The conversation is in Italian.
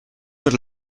per